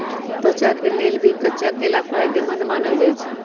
त्वचा के लेल भी कच्चा केला फायेदेमंद मानल जाई छई